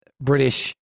british